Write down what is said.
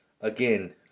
again